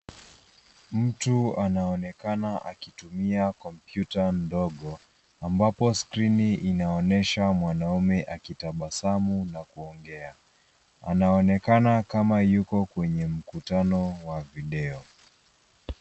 Mtu anaonekana akitumia kompyuta ndogo ambapo skrini inaonyesha mwanaume akitabasamu na kuongea. Anaonekana kama yuko kwenye mkutano wa video.